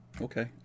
Okay